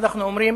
ואנחנו אומרים